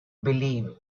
believe